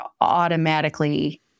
automatically